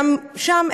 גם שם,